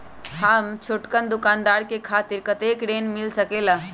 हम छोटकन दुकानदार के खातीर कतेक ऋण मिल सकेला?